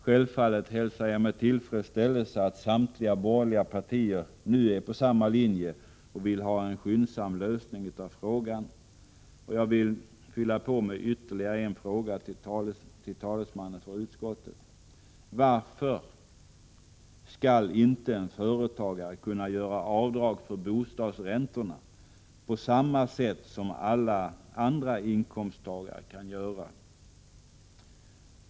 Självfallet hälsar jag med tillfredsställelse att samtliga borgerliga partier nu är på samma linje och vill ha en skyndsam lösning av frågan. Jag vill fylla på med ännu en fråga till talesmannen för utskottet: Varför skall inte en företagare kunna göra avdrag för bostadsräntorna på samma sätt som alla andra inkomsttagare kan göra?